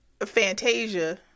Fantasia